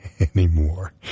Anymore